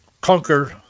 conquer